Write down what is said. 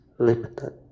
Limited